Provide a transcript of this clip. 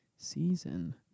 Season